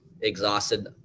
exhausted